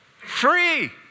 Free